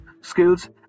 skills